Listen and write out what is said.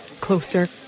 closer